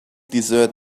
desert